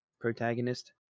protagonist